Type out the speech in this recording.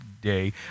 day